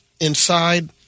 inside